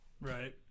Right